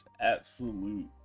absolute